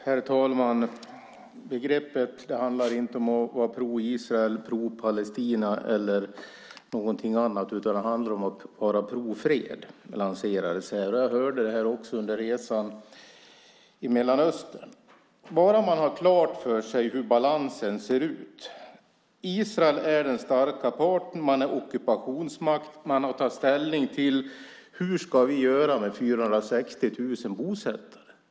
Herr talman! Vad gäller begreppet handlar det inte om att vara pro-israelisk, pro-palestinsk eller någonting annat, utan det handlar om att vara pro-fred. Det lanserades här. Jag hörde det också under resan i Mellanöstern. Man ska ha klart för sig hur balansen ser ut. Israel är den starka parten. Man är ockupationsmakt. Man har att ta ställning till hur man ska göra med 460 000 bosättare.